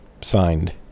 signed